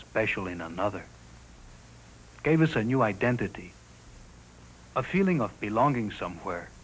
special in another gave us a new identity a feeling of belonging somewhere